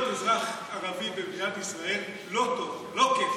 להיות אזרח ערבי במדינת ישראל לא טוב, לא כיף.